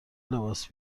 لباس